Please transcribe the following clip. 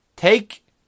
Take